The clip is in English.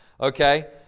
okay